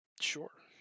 Sure